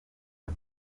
the